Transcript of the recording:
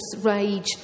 rage